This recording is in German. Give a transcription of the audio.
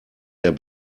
der